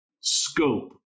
scope